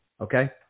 Okay